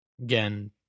Again